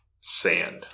sand